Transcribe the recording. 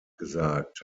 gesagt